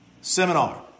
seminar